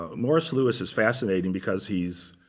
ah morris louis is fascinating because he's